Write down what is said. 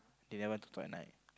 they never went to talk at night